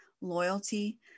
loyalty